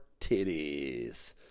titties